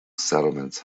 settlements